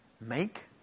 Make